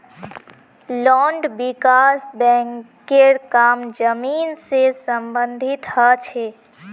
land विकास बैंकेर काम जमीन से सम्बंधित ह छे